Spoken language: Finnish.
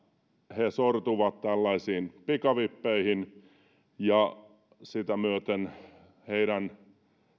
he sortuvat tällaisiin pikavippeihin ja sitä myöten heidän